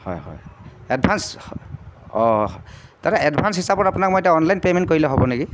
হয় হয় এডভাঞ্চ অঁ দাদা এডভাঞ্চ হিচাপত আপোনাক মই এতিয়া অনলাইন পে'মেণ্ট কৰিলে হ'ব নেকি